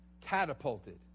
catapulted